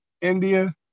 India